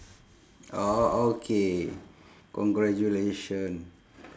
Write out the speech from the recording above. orh okay congratulation